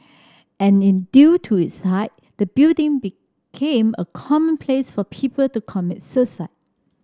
and due to its height the building became a common place for people to commit suicide